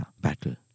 battle